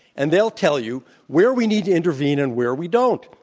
and they'll tell you where we need to intervene and where we don't.